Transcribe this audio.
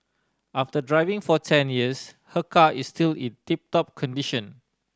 after driving for ten years her car is still in tip top condition